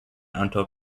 until